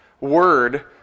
Word